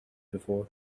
before